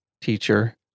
teacher